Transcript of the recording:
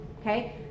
okay